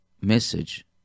message